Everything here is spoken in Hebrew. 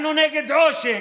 אנחנו נגד עושק,